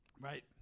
Right